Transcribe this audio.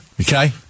Okay